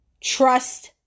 trust